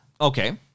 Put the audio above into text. Okay